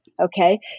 okay